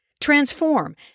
transform